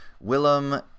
Willem